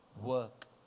work